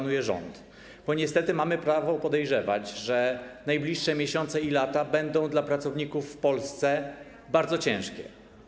Niestety mamy prawo podejrzewać, że najbliższe miesiące i lata będą dla pracowników w Polsce bardzo ciężkie.